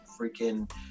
freaking